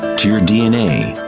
to your dna,